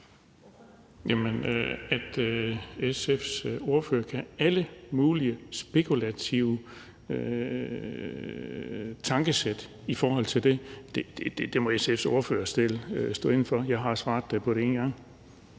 SF's ordfører kan have alle mulige spekulative tankesæt i forhold til det, og det må SF's ordfører selv stå inde for. Jeg har svaret på det én gang.